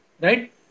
right